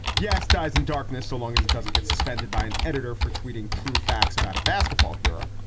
yes, dies in darkness so long as it doesn't get suspended by an editor for tweeting. true facts about a basketball hero.